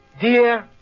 Dear